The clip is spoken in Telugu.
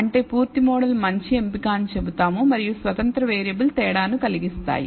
అంటే పూర్తి మోడల్ మంచి ఎంపిక అని చెబుతాము మరియు స్వతంత్ర వేరియబుల్ తేడాను కలిగిస్తాయి